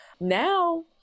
Now